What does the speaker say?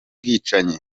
bwicanyi